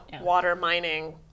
water-mining